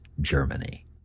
Germany